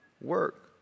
work